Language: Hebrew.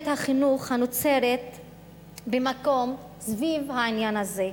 החינוך הנוצרת במקום סביב העניין הזה.